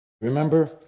Remember